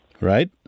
Right